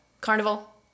carnival